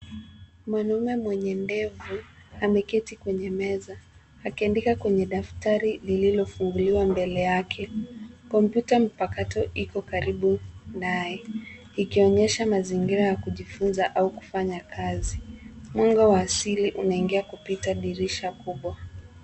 Mwanaume mwenye ndevu ameketi kwenye meza akiandika kwenye daftari lililofunguliwa mbele yake. Kompyuta mpakato iko karibu naye ikionyesha mazingira ya kujifunza au kufanya kazi. Mwanga wa asili unaingia kupita dirisha kubwa.